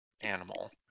animal